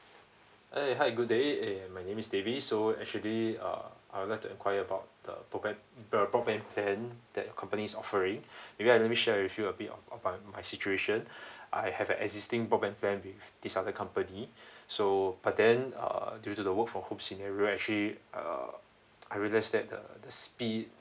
eh hi good day eh my name is davis so actually uh I would like to enquire about the broadband the broadband plan that your companies offering you guys let me share with you a bit of upon my situation I have existing broadband plan with this other company so but then uh due to the work from home scenario we actually uh I realised that the the speed